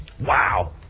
Wow